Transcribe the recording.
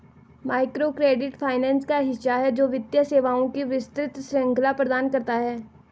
microcredit finance का हिस्सा है, जो वित्तीय सेवाओं की विस्तृत श्रृंखला प्रदान करता है